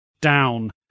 down